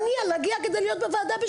מוכנה להניע כדי לבוא בזמן לוועדה,